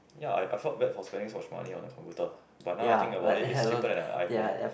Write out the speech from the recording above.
ya I I felt bad for spending so much money on a computer but now I think about it is cheaper than an iPhone